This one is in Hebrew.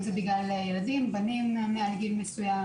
אם זה בגלל ילדים בנים מעל גיל מסוים,